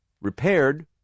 repaired